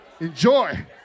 Enjoy